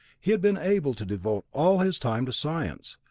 he had been able to devote all his time to science,